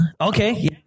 Okay